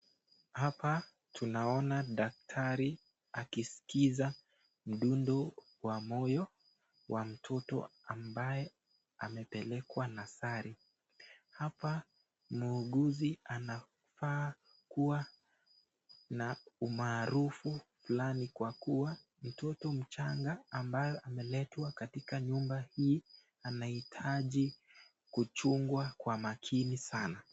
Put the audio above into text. Hapa tunaona daktari akiskiza mdundo wa moyo wa mtoto ambaye amepelekwa nursery . Hapa muuguzi anafaa kuwa na umaarufu fulani kwa kuwa mtoto mchanga ambaye ameletwa katika nyumba hii anahitaji kuchungwa kwa makini sana.